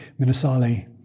Minasali